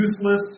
useless